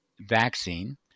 vaccine